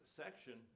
section